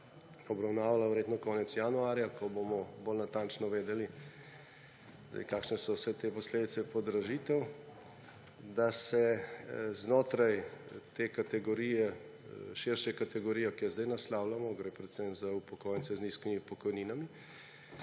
obravnavala verjetno konec januarja, ko bomo bolj natančno vedeli, kakšne so vse te posledice podražitev, da se znotraj te širše kategorije, ki jo zdaj naslavljamo, gre predvsem za upokojence z nizkimi pokojninami,